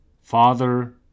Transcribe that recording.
father